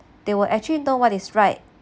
they were actually know what is right